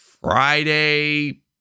Friday